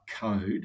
code